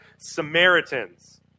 Samaritans